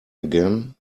again